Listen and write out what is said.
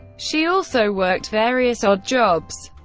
she also worked various odd jobs,